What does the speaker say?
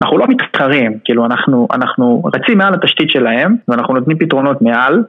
אנחנו לא מתחרים, אנחנו רצים מעל התשתית שלהם ואנחנו נותנים פתרונות מעל